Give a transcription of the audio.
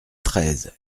treize